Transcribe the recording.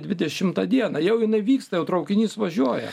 dvidešimtą dieną jau jinai vyksta jau traukinys važiuoja